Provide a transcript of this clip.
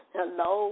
Hello